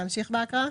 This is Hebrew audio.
להמשיך בהקראה?